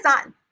on